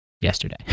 yesterday